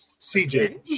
CJ